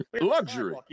Luxury